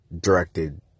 directed